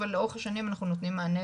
אבל לאורך השנים אנחנו נותנים מענה